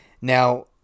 Now